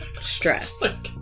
stress